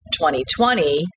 2020